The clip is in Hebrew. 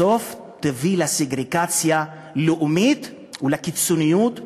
בסוף תביא לסגרגציה לאומית, לקיצוניות ולגזענות.